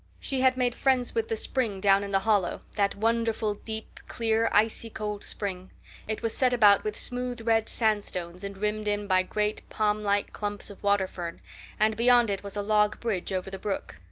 she had made friends with the spring down in the hollow that wonderful deep, clear icy-cold spring it was set about with smooth red sandstones and rimmed in by great palm-like clumps of water fern and beyond it was a log bridge over the brook.